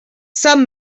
some